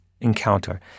encounter